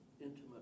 intimate